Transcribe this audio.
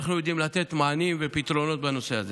אנחנו יודעים לתת מענים ופתרונות בנושא הזה.